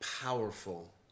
powerful